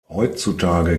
heutzutage